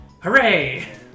Hooray